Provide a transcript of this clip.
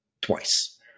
twice